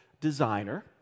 designer